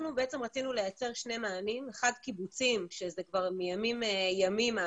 רצינו לייצר שני מענים: אחד זה הקיבוצים שכבר מימים ימימה